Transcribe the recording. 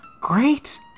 Great